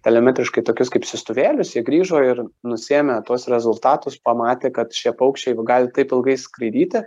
telemetriškai tokius kaip siųstuvėlius jie grįžo ir nusiėmę tuos rezultatus pamatė kad šie paukščiai gali taip ilgai skraidyti